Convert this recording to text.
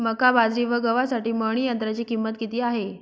मका, बाजरी व गव्हासाठी मळणी यंत्राची किंमत किती आहे?